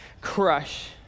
crush